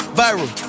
viral